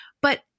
but-